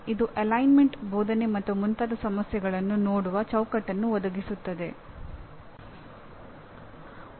ಅಥವಾ ಫಲಿತಾಂಶಗಳ ಸಾಧನೆಯ ಮಟ್ಟವು ಸೂಚನೆಗಳನ್ನು ಯೋಜಿಸಲು ಮತ್ತು ಕಾರ್ಯಗತಗೊಳಿಸಲು ಆಧಾರವಾಗಿದೆ ಎಂದು ಹೇಳಬಹುದು